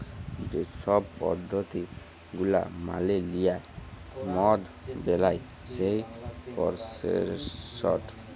যে ছব পদ্ধতি গুলা মালে লিঁয়ে মদ বেলায় সেই পরসেসট